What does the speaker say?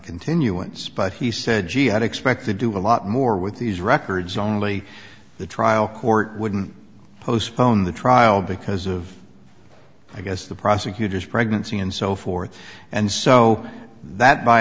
continuance but he said he had expect to do a lot more with these records only the trial court wouldn't postpone the trial because of i guess the prosecutor's pregnancy and so forth and so that by